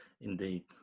indeed